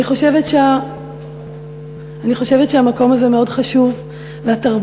אני חושבת שהמקום הזה מאוד חשוב והתרבות